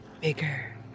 bigger